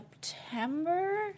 September